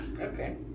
Okay